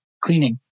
cleaning